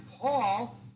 Paul